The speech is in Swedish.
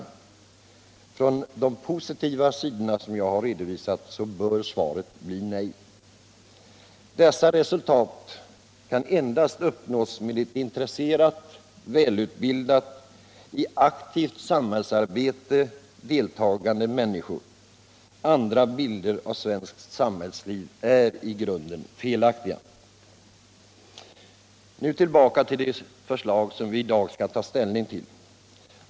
Med hänsyn till de positiva sidor jag redovisat bör svaret bli nej. Dessa resultat kan endast uppnås av intresserade, välutbildade och i aktivt samhällsarbete deltagande människor. Andra bilder av svenskt samhällsliv är i grunden felaktiga. Nu tillbaka till det förslag vi i dag skall ta ställning till.